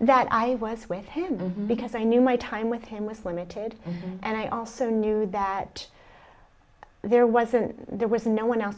that i was with him because i knew my time with him was limited and i also knew that there wasn't there was no one else